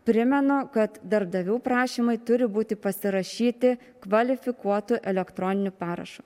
primenu kad darbdavių prašymai turi būti pasirašyti kvalifikuotu elektroniniu parašu